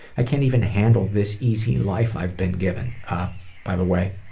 i can't even handle this easy life i've been given. by the way,